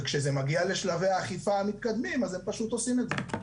וכשזה מגיע לשלבי האכיפה המתקדמים אז הם פשוט עושים את זה.